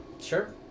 Sure